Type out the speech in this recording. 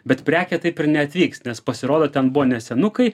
bet prekė taip ir neatvyks nes pasirodo ten buvo ne senukai